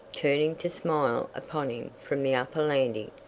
turning to smile upon him from the upper landing.